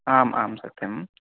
आम् आम् सत्यम्